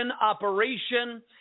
operation